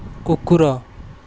କୁକୁର